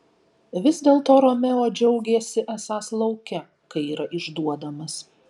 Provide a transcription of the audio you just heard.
vis dėlto romeo džiaugėsi esąs lauke kai yra išduodamas